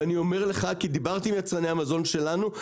ואני אומר לך כי דיברתי עם יצרני המזון שלנו.